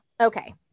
okay